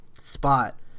spot